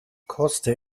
koste